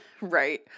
Right